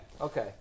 Okay